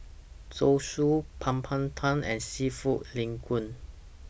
Zosui Papadum and Seafood Linguine